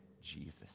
Jesus